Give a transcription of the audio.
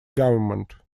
government